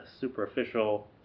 superficial